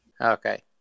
Okay